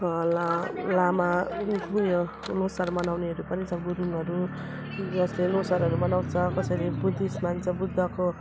ला लामा उयो ल्होसार मनाउनेहरू पनि छ गुरुङहरू जसले ल्होसारहरू मनाउँछ कसैले बुद्धिस्ट मान्छ बुद्धको